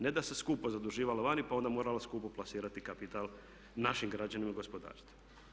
Ne da se skupo zaduživalo vani, pa onda moralo skupo plasirati kapital našim građanima u gospodarstvu.